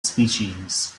species